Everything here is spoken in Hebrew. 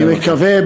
אני מקווה,